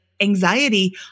anxiety